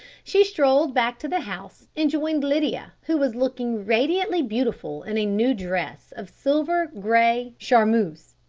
she strolled back to the house and joined lydia who was looking radiantly beautiful in a new dress of silver grey charmeuse.